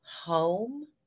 home